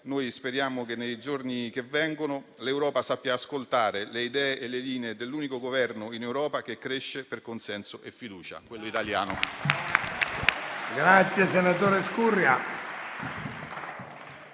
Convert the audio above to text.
è, speriamo che nei giorni che vengono l'Europa sappia ascoltare le idee e le linee dell'unico Governo in Europa che cresce per consenso e fiducia: quello italiano.